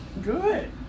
Good